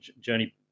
journey